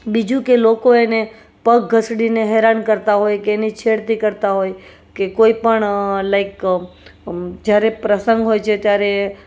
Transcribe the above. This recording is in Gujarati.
બીજું કે લોકો એને પગ ઘસડીને હેરાન કરતા હોય કે એની છેડતી કરતા હોય કે કોઈ પણ લાઈક જ્યારે પ્રસંગ હોય છે ત્યારે